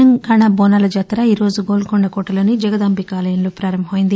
తెలంగాణ బోనాల జాతర ఈరోజు గోల్గొండ కోటలోని జగదాంబిక ఆలయంలో ప్రారంభమైంది